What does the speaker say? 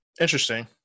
interesting